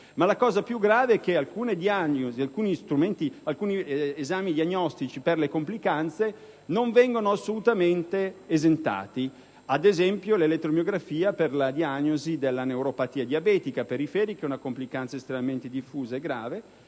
Ma la cosa più grave è che alcune diagnosi e alcuni esami diagnostici per le complicanze non vengono assolutamente esentati. Ad esempio, l'elettromiografia per la diagnosi della neuropatia diabetica periferica - una complicanza estremamente diffusa e grave